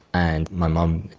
and my mum,